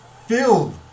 filled